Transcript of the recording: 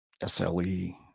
SLE